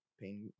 pain